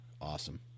Awesome